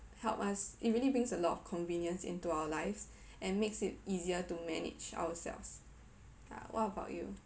help us it really brings a lot of convenience into our lives and makes it easier to manage ourselves uh what about you